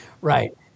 right